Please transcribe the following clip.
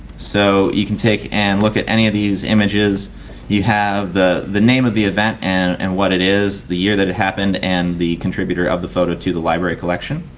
so you can take and look at any of these images you have the the name of the event and and what it is. is. the year that it happened and the contributor of the photo to the library collection.